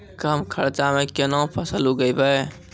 कम खर्चा म केना फसल उगैबै?